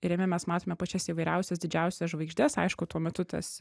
ir jame mes matome pačias įvairiausias didžiausias žvaigždes aišku tuo metu tas